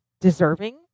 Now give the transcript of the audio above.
deserving